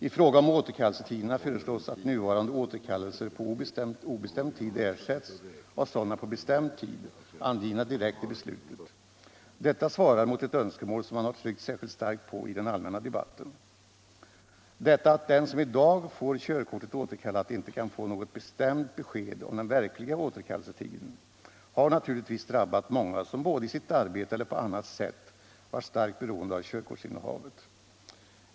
I fråga om återkallelsetiderna föreslås att nuvarande återkallelser på obestämd tid ersätts av sådana på bestämd tid, angivna direkt i beslutet. Detta svarar mot ett önskemål som man har tryckt särskilt starkt på i den allmänna debatten. Detta att den som i dag får körkortet återkallat inte kan få något bestämt besked om den verkliga återkallelsetiden har naturligtvis drabbat många som både i sitt arbete eller på annat sätt varit starkt beroende av körkortsinnehavet.